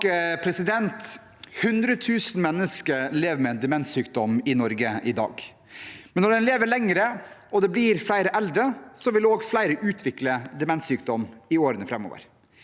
Det er 100 000 mennesker som lever med en demenssykdom i Norge i dag. Når vi lever lenger, og det blir flere eldre, vil også flere utvikle demenssykdom i årene framover.